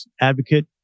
advocate